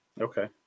Okay